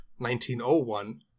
1901